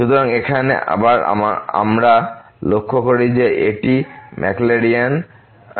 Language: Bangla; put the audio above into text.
সুতরাং এখানে আবার আমরা লক্ষ্য করি যে এটি ম্যাকলোরিনের উপপাদ্য Maclaurin's theorem